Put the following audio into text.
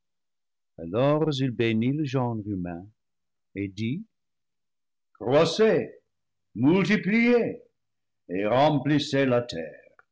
alors il bénit le genre humain et dit croissez multipliez et remplissez la terre